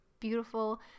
beautiful